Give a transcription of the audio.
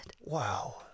Wow